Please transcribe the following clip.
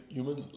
Human